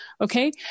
Okay